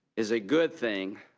is a good thing